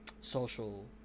social